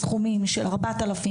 בסכומים של 4,000,